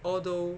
although